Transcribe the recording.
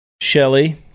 Shelly